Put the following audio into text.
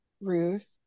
ruth